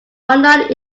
online